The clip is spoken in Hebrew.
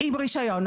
עם רישיון.